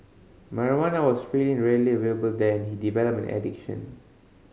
marijuana was freely and readily available there he developed an addiction